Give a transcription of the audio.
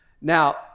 Now